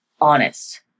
honest